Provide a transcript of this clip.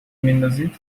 میندازید